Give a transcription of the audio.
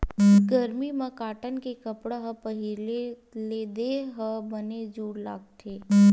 गरमी म कॉटन के कपड़ा ल पहिरे ले देहे ह बने जूड़ लागथे